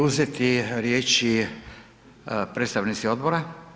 uzeti riječi predstavnici odbora?